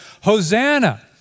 Hosanna